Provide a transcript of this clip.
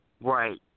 right